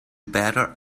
better